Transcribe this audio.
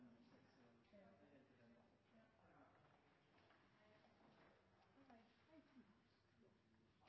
og raskere. Den